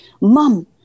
mom